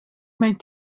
mijn